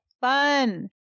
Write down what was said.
fun